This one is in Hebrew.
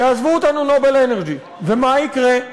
יעזבו אותנו "נובל אנרג'י" ומה יקרה?